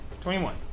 Twenty-one